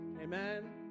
amen